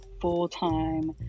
full-time